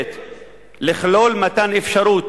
חייבת לכלול מתן אפשרות